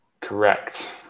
Correct